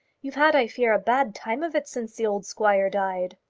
you've had, i fear, a bad time of it since the old squire died.